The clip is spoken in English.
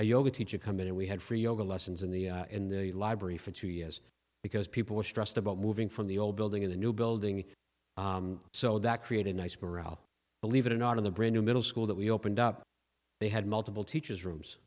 a yoga teacher come in and we had free yoga lessons in the library for two years because people were stressed about moving from the old building in the new building so that created nice morale believe it or not in the brand new middle school that we opened up they had multiple teachers rooms